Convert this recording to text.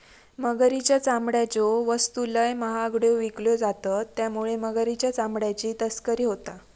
मगरीच्या चामड्याच्यो वस्तू लय महागड्यो विकल्यो जातत त्यामुळे मगरीच्या चामड्याची तस्करी होता